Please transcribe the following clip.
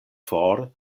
for